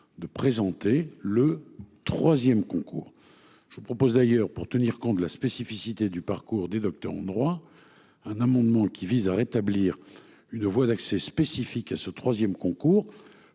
de présenter le 3ème concours je vous propose d'ailleurs, pour tenir compte de la spécificité du parcours des docteurs en droit. Un amendement qui vise à rétablir une voie d'accès spécifique à ce 3ème concours